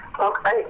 Okay